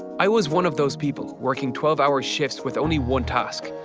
i was one of those people, working twelve hour shifts with only one task.